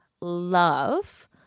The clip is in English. love